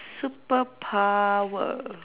superpower